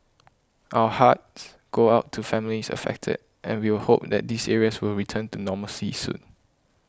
our hearts go out to families affected and we'll hope that these areas will return to normalcy soon